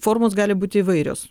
formos gali būti įvairios